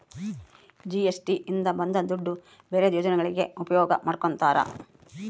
GST ಇಂದ ಬಂದ್ ದುಡ್ಡು ಬೇರೆ ಯೋಜನೆಗಳಿಗೆ ಉಪಯೋಗ ಮಾಡ್ಕೋತರ